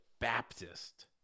Baptist